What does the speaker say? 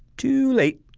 too late.